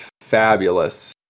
fabulous